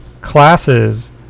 classes